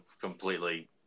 completely